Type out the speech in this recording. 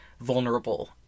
vulnerable